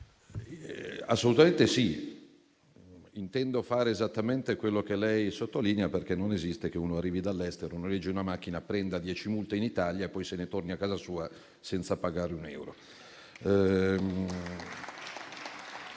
Unterberger, intendo fare esattamente quello che lei sottolinea, perché non esiste che uno arrivi dall'estero, noleggi una macchina, prenda dieci multe in Italia e poi se ne torni a casa sua senza pagare un euro.